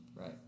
right